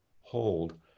hold